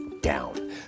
down